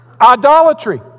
idolatry